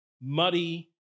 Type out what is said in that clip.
muddy